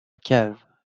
cave